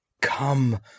Come